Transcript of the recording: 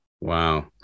Wow